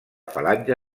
falange